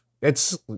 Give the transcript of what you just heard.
It's-